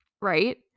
right